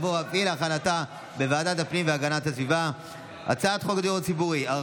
ההצעה להעביר את הצעת חוק הדיור הציבורי (זכויות רכישה) (תיקון,